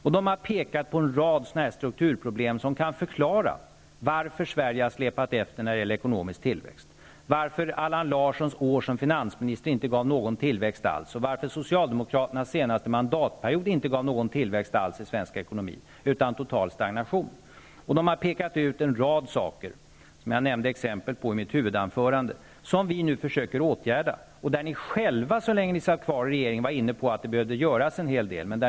Man har pekat på en rad strukturproblem som kan förklara varför Sverige har släpat efter när det gäller ekonomisk tillväxt, varför Allan Larssons år som finansminister inte gav någon tillväxt alls och varför socialdemokraternas senaste mandatperiod inte gav någon tillväxt alls i svensk ekonomi utan total stagnation. Man har pekat ut en rad saker, som jag nämnde exempel på i mitt huvudanförande, som vi nu försöker åtgärda och där ni själva, så länge ni satt i regeringen, var inne på att det behövde göras en hel del.